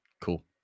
cool